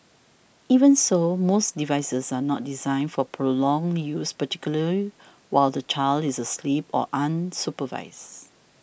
even so most devices are not designed for prolonged use particularly while the child is asleep or unsupervised